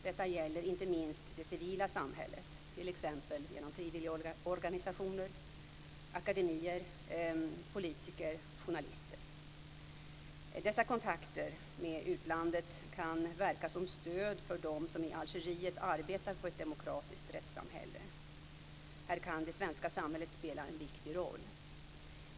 Detta gäller inte minst det civila samhället, t.ex. genom frivilligorganisationer, akademiker, politiker och journalister. Dessa kontakter med utlandet kan verka som stöd för dem som i Algeriet arbetar för ett demokratiskt rättssamhälle. Här kan det svenska samhället spela en viktig roll.